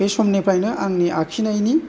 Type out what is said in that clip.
बे समनिफ्रायनो आंनि आखिनायनि